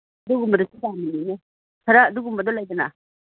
ꯑꯗꯨꯒꯨꯝꯕꯗꯁꯨ ꯄꯥꯝꯃꯤꯅꯤꯅꯦ ꯈꯔ ꯑꯗꯨꯒꯨꯝꯕꯗ ꯂꯩꯗꯅ